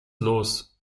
los